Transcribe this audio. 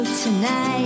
Tonight